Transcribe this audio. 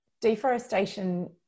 deforestation